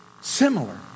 similar